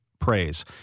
praise